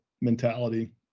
mentality